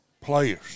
players